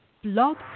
Blog